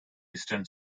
eastern